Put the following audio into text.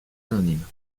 anonymes